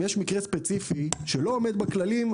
אם יש מקרה ספציפי שלא עומד בכללים,